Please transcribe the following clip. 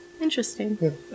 interesting